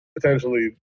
potentially